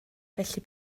felly